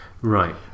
Right